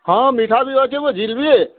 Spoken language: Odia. ହଁ ମିଠା ବି ଅଛେ ବୋ ଜିଲ୍ବି